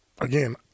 again